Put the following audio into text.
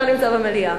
לא נמצא במליאה.